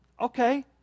okay